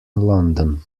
london